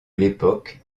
l’époque